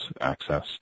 access